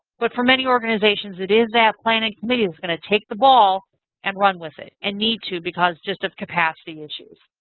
but for many organizations it is that planning committee that's going to take the ball and run with it. and need to because just of capacity issues.